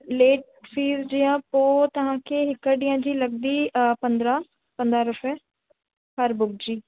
late fees जीअं पोइ तव्हांखे हिकु ॾींहं जी लॻंदी पंदरहां पंदरहां रुपए हर बुक जी